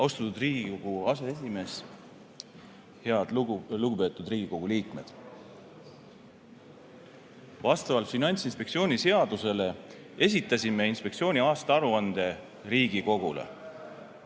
Austatud Riigikogu aseesimees! Head lugupeetud Riigikogu liikmed! Vastavalt Finantsinspektsiooni seadusele esitasime inspektsiooni aastaaruande Riigikogule.